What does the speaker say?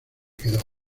quedó